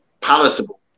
palatable